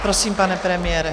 Prosím, pane premiére.